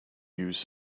use